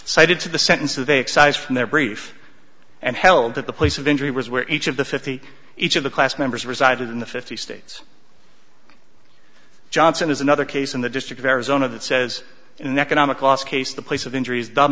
cited to the sentence of a excised from their brief and held at the place of injury was where each of the fifty each of the class members resided in the fifty states johnson is another case in the district of arizona that says an economic loss case the place of injuries do